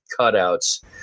cutouts